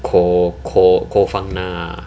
koh koh koh phangan ah